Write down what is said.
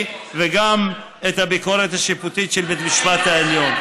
וגם את הביקורת השיפוטית של בית המשפט העליון.